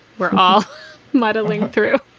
we're all muddling through.